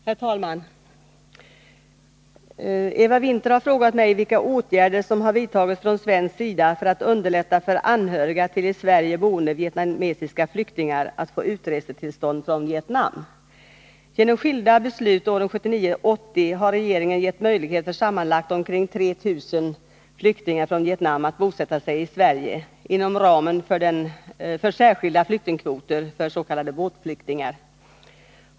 Herr talman! Eva Winther har frågat mig vilka åtgärder som har vidtagits från svensk sida för att underlätta för anhöriga till i Sverige boende vietnamesiska flyktingar att få utresetillstånd från Vietnam. Genom skilda beslut åren 1979-1980 har regeringen gett möjlighet för att utverka utresetillstånd för anhöriga till vissa flyktingar från Vietnam sammanlagt omkring 3 000 flyktingar från Vietnam att bosätta sig i Sverige inom ramen för särskilda flyktingkvoter för s.k. båtflyktingar.